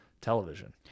television